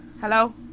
Hello